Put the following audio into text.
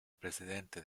presidente